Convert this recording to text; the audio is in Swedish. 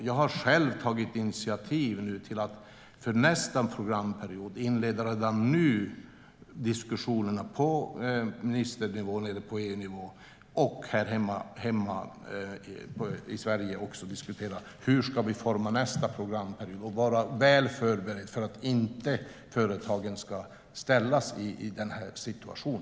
Jag har själv tagit initiativ till att redan nu inleda diskussioner på EU-nivå och här hemma i Sverige om hur vi ska utforma nästa programperiod för att vara väl förberedda så att företagen inte ska ställas i denna besvärliga situation.